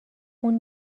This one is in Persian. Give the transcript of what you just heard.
اون